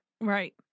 Right